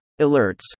Alerts